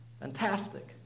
Fantastic